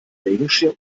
regenschirm